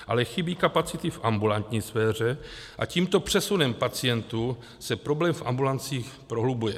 Ale chybí kapacity v ambulantní sféře a tímto přesunem pacientů se problém v ambulancích prohlubuje.